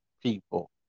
people